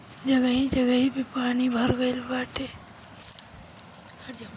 जगही जगही पे पानी भर गइल बाटे